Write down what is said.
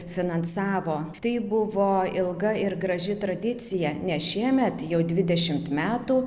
finansavo tai buvo ilga ir graži tradicija nes šiemet jau dvidešimt metų